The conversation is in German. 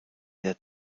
der